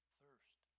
thirst